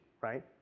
right